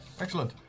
Excellent